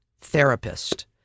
therapist